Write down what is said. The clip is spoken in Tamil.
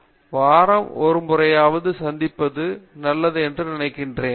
பேராசிரியர் ரவீந்திர கெட்டூ வாரம் ஒரு முறையாவது சந்திப்பது நல்லது என நினைக்கிறேன்